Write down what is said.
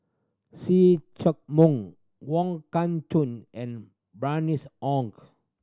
See Chak Mun Wong Kah Chun and Bernice Ong